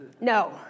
No